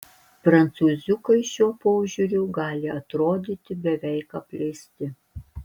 prancūziukai šiuo požiūriu gali atrodyti beveik apleisti